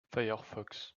firefox